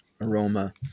aroma